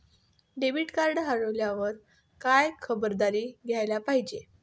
Debit card हरवल्यावर काय खबरदारी घ्यायला पाहिजे?